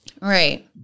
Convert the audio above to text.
Right